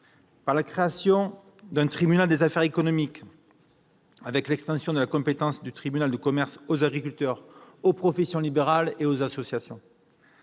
par la création d'un tribunal des affaires économiques, avec l'extension de la compétence du tribunal de commerce aux agriculteurs, professions libérales et associations